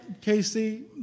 Casey